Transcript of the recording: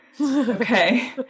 okay